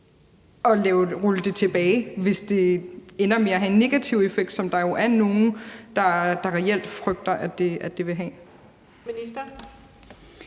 at rulle det tilbage, hvis det ender med at have en negativ effekt, som der jo reelt er nogen der frygter at det vil have?